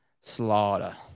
Slaughter